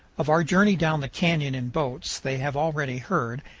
of our journey down the canyon in boats they have already heard,